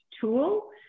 tool